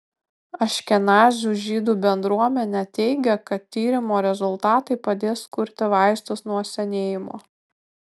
aškenazių žydų bendruomenę teigia kad tyrimo rezultatai padės kurti vaistus nuo senėjimo